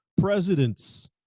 presidents